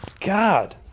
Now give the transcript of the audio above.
God